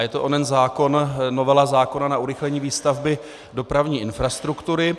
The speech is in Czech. Je to novela zákona na urychlení výstavby dopravní infrastruktury.